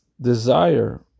desire